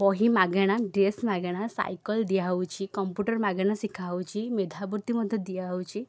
ବହି ମାଗେଣା ଡ୍ରେସ୍ ମାଗେଣା ସାଇକେଲ ଦିଆହେଉଛି କମ୍ପ୍ୟୁଟର ମାଗଣା ଶିଖାହେଉଛି ମେଧାବୃତ୍ତି ମଧ୍ୟ ଦିଆହେଉଛି